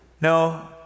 No